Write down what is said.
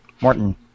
Morton